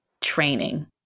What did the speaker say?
training